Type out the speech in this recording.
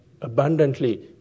abundantly